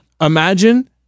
Imagine